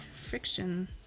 friction